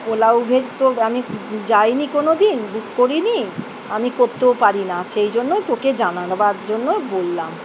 OLA Uber তো আমি যাইনি কোনো দিন বুক করিনি আমি করতেও পারি না সেই জন্যই তোকে জানাবার জন্য বললাম